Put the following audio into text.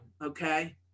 Okay